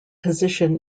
position